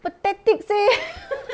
pathetic seh